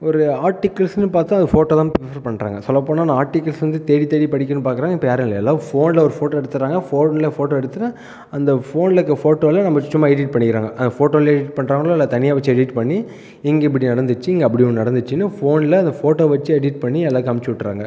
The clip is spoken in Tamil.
ஒரு ஆர்டிகில்ஸுனு பார்த்தா ஃபோட்டோதான் ப்ரெஃபர் பண்ணுறாங்க சொல்லப் போனா நான் ஆர்டிகில்ஸ் வந்து தேடி தேடி படிக்கணும்னு பாக்கறேன் இப்போ யாரும் இல்லை எல்லா ஃபோனில் ஒரு ஃபோட்டோ எடுத்துகிறாங்க ஃபோனில் ஃபோட்டோ எடுத்துட்டால் அந்த ஃபோனில் இருக்கற ஃபோட்டோவில் நம்ப சும்மா எடிட் பண்ணிக்கிறாங்க அந்த ஃபோட்டோலே எடிட் பண்ணுறாங்களோ இல்லை தனியாக வச்சு எடிட் பண்ணி இங்கே இப்படி நடந்துச்சு இங்கே அப்படி ஒன்று நடந்துச்சுனு ஃபோனில் அந்த ஃபோட்டோ வச்சு எடிட் பண்ணி எல்லோருக்கும் அமுச்சு விட்றாங்க